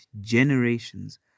generations